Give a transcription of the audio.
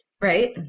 Right